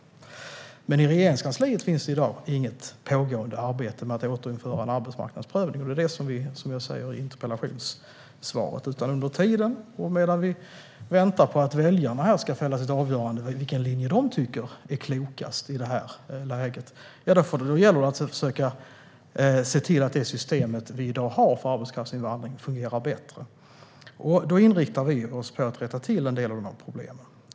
Som jag sa i interpellationssvaret finns dock inget pågående arbete i Regeringskansliet med att återinföra arbetsmarknadsprövning. Under tiden, medan vi väntar på att väljarna ska fälla sitt avgörande om vilken linje de tycker är klokast i detta läge, gäller det att försöka se till att det system vi har i dag för arbetskraftsinvandring fungerar bättre. Då inriktar vi oss på att rätta till en del av problemen.